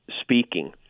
speaking